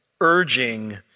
urging